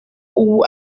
ubu